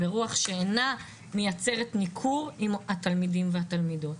ברוח שאינה מייצר ניכור עם התלמידים והתלמידות.